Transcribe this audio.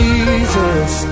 Jesus